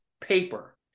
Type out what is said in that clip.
paper